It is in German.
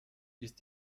ist